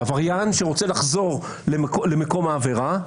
עבריין שרוצה לחזור למקום העבירה,